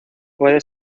puede